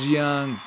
young